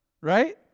right